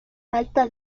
falta